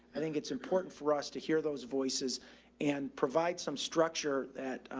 i think it's important for us to hear those voices and provide some structure that